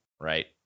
right